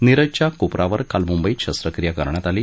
नीरजच्या कोपरावर काल मुंबईत शस्त्रक्रिया करण्यात आली